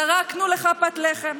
זרקנו לך פת לחם,